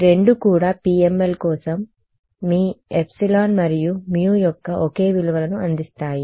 ఈ రెండూ కూడా PML కోసం మీ ε మరియు μ యొక్క ఒకే విలువలను అందిస్తాయి